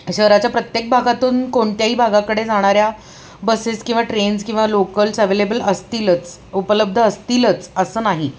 शहराच्या प्रत्येक भागातून कोणत्याही भागाकडे जाणाऱ्या बसेस किंवा ट्रेन्स किंवा लोकल्स अवेलेबल असतीलच उपलब्ध असतीलच असं नाही